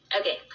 Okay